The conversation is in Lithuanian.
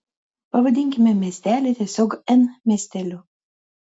pavadinkime miestelį tiesiog n miesteliu